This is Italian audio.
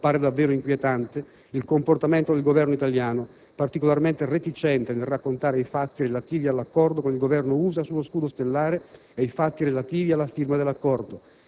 appare davvero inquietante il comportamento del Governo italiano, particolarmente reticente nel raccontare i fatti relativi all'accordo con il Governo statunitense sullo «scudo stellare» e i fatti relativi alla firma dell'accordo.